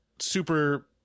super